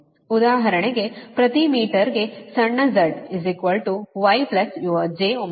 ಉದಾಹರಣೆಗೆ ಪ್ರತಿ ಮೀಟರ್ಗೆ ಸಣ್ಣ z γyour jωLΩ